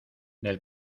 del